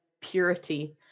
purity